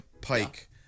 Pike